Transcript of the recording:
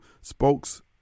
spokes